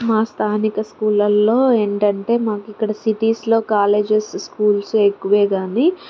మా స్థానిక స్కూళల్లో ఏంటంటే మాకు ఇక్కడ సిటీస్లో కాలేజెస్ స్కూల్స్ ఎక్కువే కాని